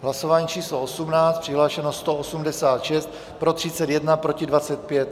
Hlasování číslo 18, přihlášeno 186, pro 31, proti 25.